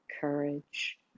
courage